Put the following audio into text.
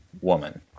woman